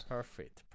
Perfect